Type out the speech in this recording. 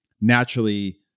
naturally